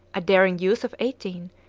a daring youth of eighteen,